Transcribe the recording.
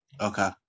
Okay